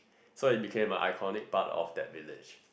so it became a iconic part of that village